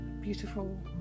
beautiful